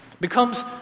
becomes